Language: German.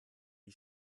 die